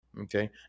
Okay